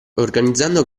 organizzando